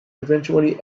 eventually